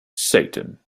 satan